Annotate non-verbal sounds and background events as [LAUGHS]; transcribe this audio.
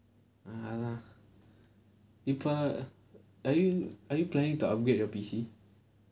mm [LAUGHS] are you are you planning to upgrade your P_C